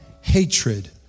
hatred